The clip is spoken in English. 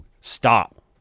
stop